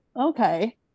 Okay